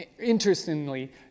interestingly